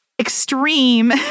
extreme